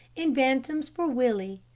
and bantams for willie.